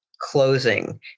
closing